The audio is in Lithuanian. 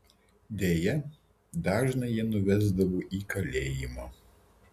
deja dažną jie nuvesdavo į kalėjimą